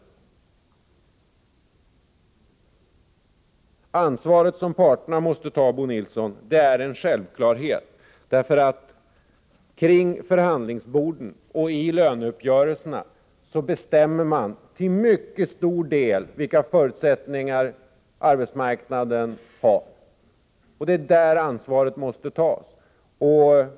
Ansvaret som parterna måste ta, Bo Nilsson, är en självklarhet. Kring förhandlingsborden och i löneuppgörelserna bestämmer man till mycket stor del vilka förutsättningar arbetsmarknaden har. Det är där ansvaret måste tas.